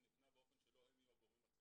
נבנה באופן שלא הם יהיו הגורמים הצופים.